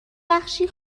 بخشی